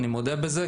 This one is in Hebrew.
אני מודה בזה,